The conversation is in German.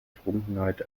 trunkenheit